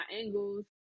angles